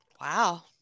Wow